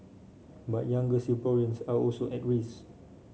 but younger Singaporeans are also at risk